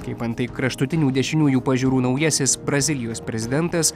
kaip antai kraštutinių dešiniųjų pažiūrų naujasis brazilijos prezidentas